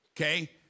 okay